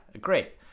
great